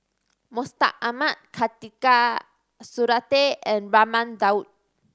Mustaq Ahmad Khatijah Surattee and Raman Daud